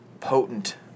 potent